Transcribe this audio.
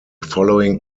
following